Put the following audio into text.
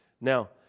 Now